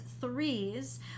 threes